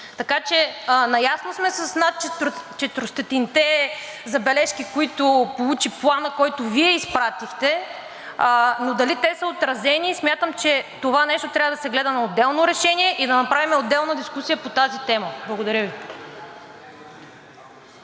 така че наясно сме с над 400-те забележки, които получи Планът, който Вие изпратихте, но дали те са отразени? Смятам, че за това нещо трябва да се гледа отделно решение и да направим отделна дискусия по тази тема. Благодаря Ви.